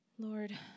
Lord